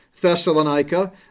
Thessalonica